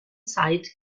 zeit